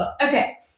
Okay